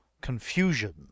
confusion